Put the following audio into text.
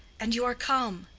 and you are come.